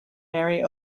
mary